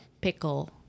pickle